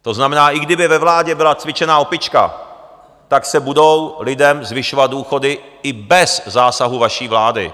To znamená, i kdyby ve vládě byla cvičená opička, tak se budou lidem zvyšovat důchody, i bez zásahu vaší vlády.